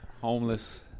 Homeless